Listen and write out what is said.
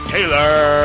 Taylor